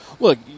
Look